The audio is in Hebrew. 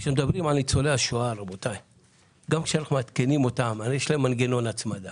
וגם כשאנחנו מעדכנים את התשלומים הרי יש להם מנגנון הצמדה